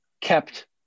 kept